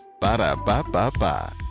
Ba-da-ba-ba-ba